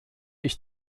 ich